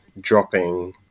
dropping